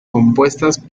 compuestas